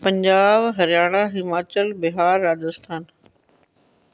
Punjab Haryana Himachal Bihar Rajasthan